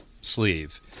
sleeve